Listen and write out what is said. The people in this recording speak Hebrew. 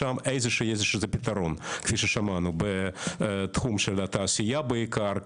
שם יש איזשהו פתרון כפי ששמענו בתחום של התעשייה בעיקר,